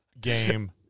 game